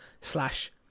slash